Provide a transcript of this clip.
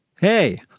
Hey